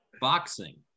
boxing